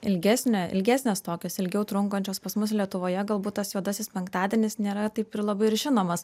ilgesnė ilgesnės tokios ilgiau trunkančios pas mus lietuvoje galbūt tas juodasis penktadienis nėra taip ir labai ir žinomas